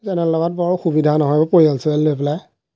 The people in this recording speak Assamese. জেনেৰেল দবাত বৰ সুবিধা নহয় অ' এইবোৰ পৰিয়াল চৰিয়াল লৈ পেলাই